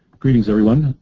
greetings everyone.